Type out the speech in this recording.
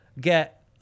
get